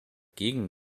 gegen